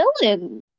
villain